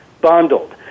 bundled